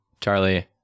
charlie